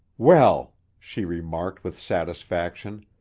well, she remarked with satisfaction.